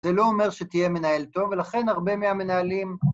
‫זה לא אומר שתהיה מנהל טוב, ‫ולכן הרבה מהמנהלים...